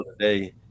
today